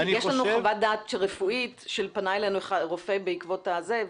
כי יש לנו חוות דעת רפואית שפנה אלינו רופא בעקבות הזה,